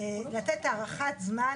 אין סיבה שלא.